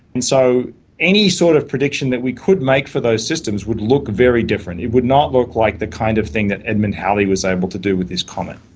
and so any sort of prediction that we could make for those systems would look very different. it would not look like the kind of thing that edmund halley was able to do with his comet.